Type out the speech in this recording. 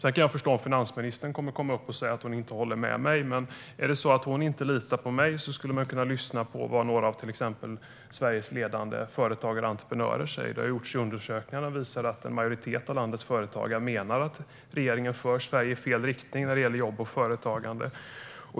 Jag kan förstå om finansministern kommer att säga att hon inte håller med mig, men om hon inte litar på mig skulle hon kunna lyssna på vad några av Sveriges ledande företagare och entreprenörer säger. Det har gjorts undersökningar som visar att en majoritet av landets företagare menar att regeringen för Sverige i fel riktning när det gäller jobb och företagande.